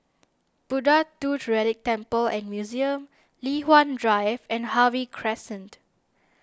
Buddha Tooth Relic Temple and Museum Li Hwan Drive and Harvey Crescent